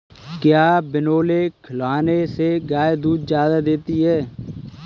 क्या बिनोले खिलाने से गाय दूध ज्यादा देती है?